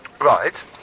Right